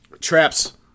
traps